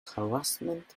harassment